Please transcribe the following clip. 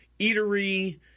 eatery